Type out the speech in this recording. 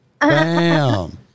Bam